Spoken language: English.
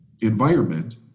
Environment